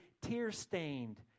tear-stained